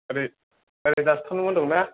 ओरै ओरै जाबथुमोन दं ना